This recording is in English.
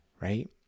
right